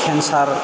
cancer